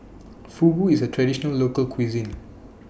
Fugu IS A Traditional Local Cuisine